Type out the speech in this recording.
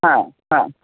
हां हां